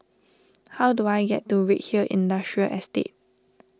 how do I get to Redhill Industrial Estate